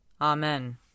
Amen